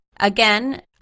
Again